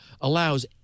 allows